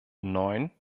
neun